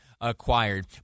acquired